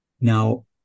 Now